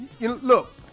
Look